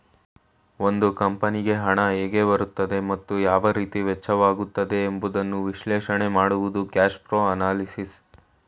ಒಂದು ಕಂಪನಿಗೆ ಹಣ ಹೇಗೆ ಬರುತ್ತದೆ ಮತ್ತು ಯಾವ ರೀತಿ ವೆಚ್ಚವಾಗುತ್ತದೆ ಎಂಬುದನ್ನು ವಿಶ್ಲೇಷಣೆ ಮಾಡುವುದು ಕ್ಯಾಶ್ಪ್ರೋ ಅನಲಿಸಿಸ್